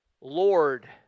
Lord